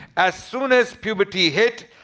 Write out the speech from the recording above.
as soon as puberty hit,